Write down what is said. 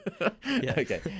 Okay